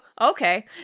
Okay